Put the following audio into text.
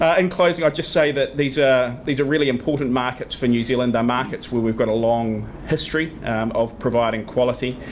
ah in closing, i'll just say that these ah these are really important markets for new zealand. they're markets where we've got a long history of providing quality.